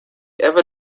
ever